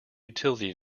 utility